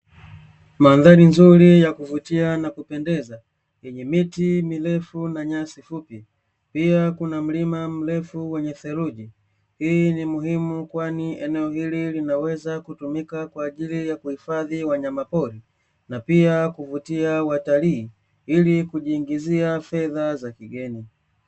Mandhari nzuri ya kuvutia na kupendeza yenye miti mirefu na nyasi ,pia kuna mlima mrefu wenye dheluji, hii ni muhimu kwani eneo hili linaweza kutumika kwa ajili ya kuhifadhi wanyamapori na pia kuvutia watalii ili kujiingizia fedha za kigeni.